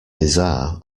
bizarre